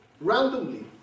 randomly